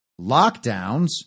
Lockdowns